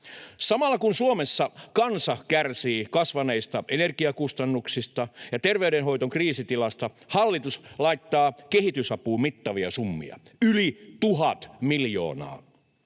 Samalla kun Suomessa kansa kärsii kasvaneista energiakustannuksista ja terveydenhoidon kriisitilasta, hallitus laittaa kehitysapuun mittavia summia — yli tuhat miljoonaa.